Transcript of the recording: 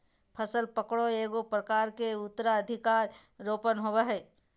फसल पकरो एगो प्रकार के उत्तराधिकार रोपण होबय हइ